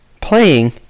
playing